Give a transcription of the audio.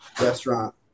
restaurant